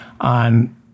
on